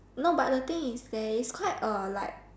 no but the thing is there is quite a like